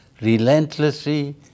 relentlessly